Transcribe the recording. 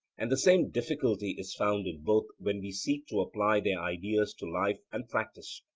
and the same difficulty is found in both when we seek to apply their ideas to life and practice.